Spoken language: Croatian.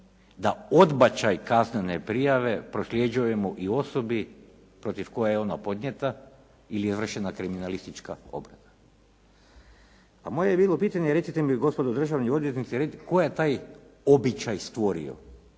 da odbačaj kaznene prijave prosljeđujemo i osobi protiv koje je ona podnijeta ili je vršena kriminalistička obrada." A moje je bilo pitanje, recite mi gospodo državni odvjetnici tko je taj običaj stvorio?